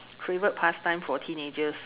favorite past time for teenagers